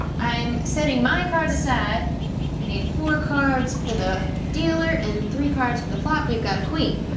i'm setting my cards aside need four cards for the dealer, and three cards for the flop. we've got a queen,